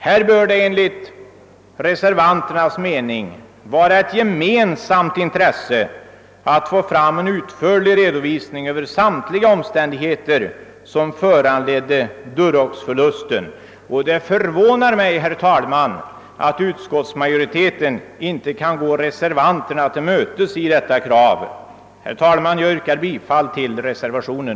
Här är det enligt reservanternas mening ett gemensamt intresse att få fram en utförlig redovisning av samtliga omständigheter som föranledde Duroxförlusten, och det förvånar mig, herr talman, att utskottsmajoriteten inte kan gå reservanterna till mötes i detta krav. Herr talman! Jag yrkar bifall till reservationen.